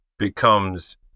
Becomes